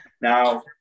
Now